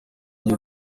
gihe